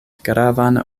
gravan